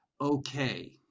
Okay